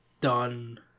done